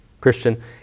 Christian